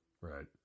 Right